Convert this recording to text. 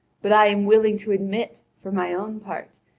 but i am willing to admit, for my own part,